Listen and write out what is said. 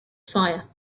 fire